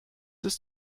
ist